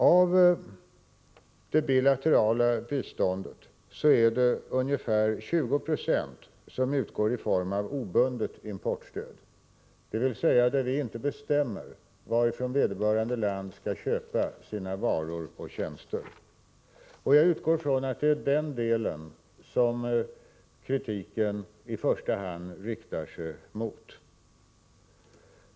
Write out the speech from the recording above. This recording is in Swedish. Av det bilaterala biståndet är det ungefär 20 96 som utgår i form av obundet importstöd, dvs. där vi inte bestämmer varifrån vederbörande land skall köpa sina varor och tjänster. Jag utgår från att det är denna del som kritiken i första hand riktas mot.